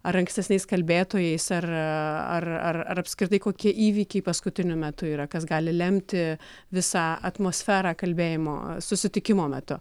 ar ankstesniais kalbėtojais ar ar ar ar apskritai kokie įvykiai paskutiniu metu yra kas gali lemti visą atmosferą kalbėjimo susitikimo metu